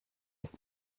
ist